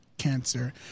cancer